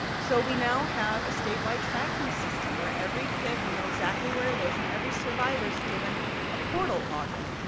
so, we now have a statewide tracking system, where every kit, we know exactly where it is, and every survivor's given a portal login.